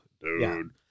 dude